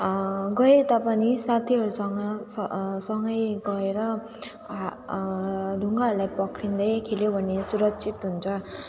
गए तापनि साथीहरूसँग सँगै गएर ढुङ्गालाई पक्रिँदै खेल्यो भने सुरक्षित हुन्छ